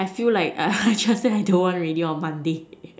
I feel like uh I just say I don't want already on Monday